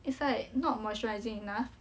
it's like not moisturising enough